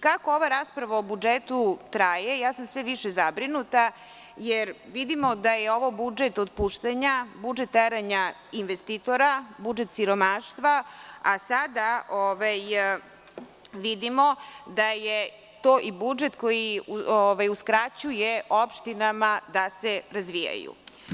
Kako ova rasprava o budžetu traje ja sam sve više zabrinuta, jer vidimo da je ovo budžet otpuštanja, budžet teranja investitora, budžet siromaštva, a sada vidimo da je to i budžet koji uskraćuje opštinama da se razvijaju.